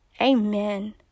Amen